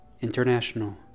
international